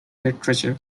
literature